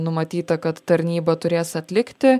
numatyta kad tarnybą turės atlikti